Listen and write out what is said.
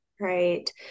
Right